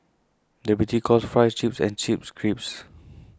the British calls Fries Chips and Chips Crisps